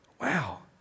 wow